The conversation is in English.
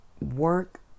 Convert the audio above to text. work